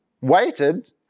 waited